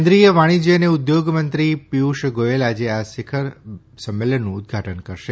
કેન્દ્રીય વાણિજ્ય અને ઉદ્યોગમંત્રી પિયુષ ગોયલ આજે આ શિખર સંમેલનનું ઉદધાટન કરશે